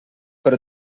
però